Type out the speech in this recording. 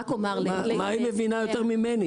מה היא מבינה יותר ממני?